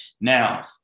Now